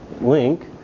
link